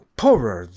poorer